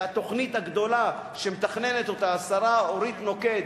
התוכנית הגדולה שמתכננת השרה אורית נוקד